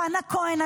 חנה כהן,